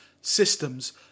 systems